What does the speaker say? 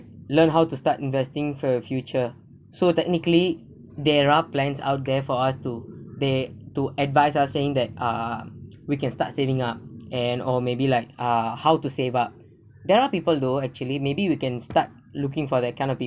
learn how to start investing for your future so technically there are plans out there for us to there to advice us saying that ah we can start saving up and or maybe like ah how to save up there are people though actually maybe we can start looking for that kind of people